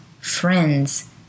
friends